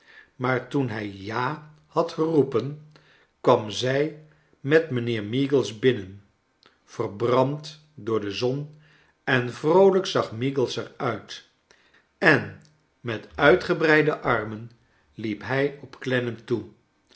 maar toen hij ja had geroepen kwam zij met mijnheer meagles binnen yerbrand door de zon en vroolijk zag meagles er uit en met uitgebreide armen liep hij op glennam toe